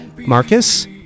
Marcus